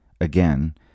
Again